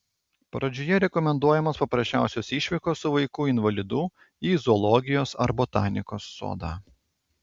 pradžioje rekomenduojamos paprasčiausios išvykos su vaiku invalidu į zoologijos ar botanikos sodą